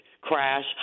crash